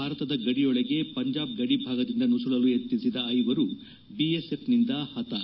ಭಾರತದ ಗಡಿಯೊಳಗೆ ಪಂಜಾಬ್ ಗಡಿ ಭಾಗದಿಂದ ನುಸುಳಲು ಯತ್ನಿಸಿದ ಐವರು ಬಿಎಸ್ಎಫ್ನಿಂದ ಹತ್ನೆ